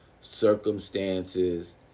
circumstances